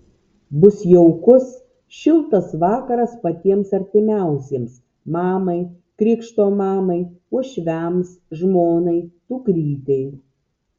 bus jaukus šiltas vakaras patiems artimiausiems mamai krikšto mamai uošviams žmonai dukrytei